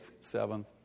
seventh